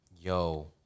Yo